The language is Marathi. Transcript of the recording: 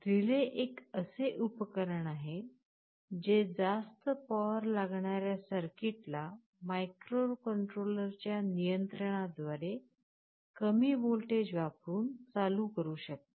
रिले एक असे उपकरण आहे जे जास्त पॉवर लागणाऱ्या सर्किटला मायक्रोकंट्रोलरच्या नियंत्रणाद्वारे कमी वोलटेज वापरून चालू करू शकते